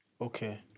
Okay